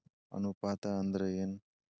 ಅನುಪಾತ ಅಂದ್ರ ಏನ್?